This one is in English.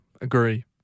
agree